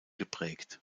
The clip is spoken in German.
geprägt